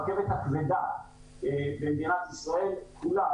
הרכבת הכבדה במדינת ישראל כולה,